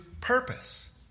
purpose